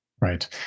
Right